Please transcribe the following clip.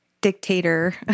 dictator